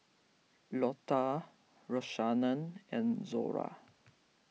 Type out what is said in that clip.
Lotta Rashaan and Zora